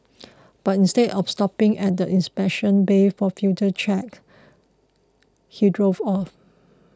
but instead of stopping at the inspection bay for further check he drove off